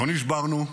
לא נשברנו,